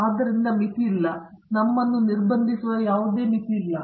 ಆದ್ದರಿಂದ ಮಿತಿ ಇಲ್ಲ ನಮ್ಮನ್ನು ನಿರ್ಬಂಧಿಸುವ ಯಾವುದೇ ಮಿತಿಯಿಲ್ಲ